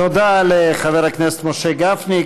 תודה לחבר הכנסת משה גפני.